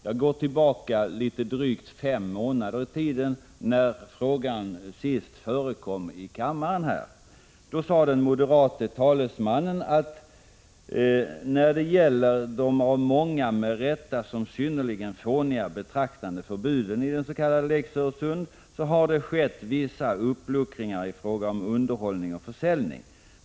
Jag går tillbaka drygt fem månader i tiden, när frågan senast var uppe i kammaren. Då sade den moderate talesmannen: ”När det gäller de av många med rätta som synnerligen fåniga betraktade förbuden i den s.k. Lex Öresund har det skett vissa uppluckringar i fråga om underhållning och försäljning.